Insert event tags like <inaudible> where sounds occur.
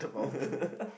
<laughs>